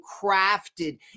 crafted